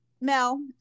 Mel